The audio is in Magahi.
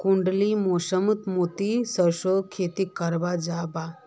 कुंडा मौसम मोत सरसों खेती करा जाबे?